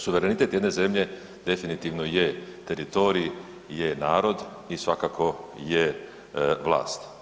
Suverenitet jedne zemlje definitivno je teritorij, je narod i svakako je vlast.